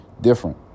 different